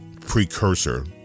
precursor